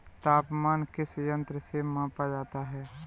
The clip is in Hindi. तापमान किस यंत्र से मापा जाता है?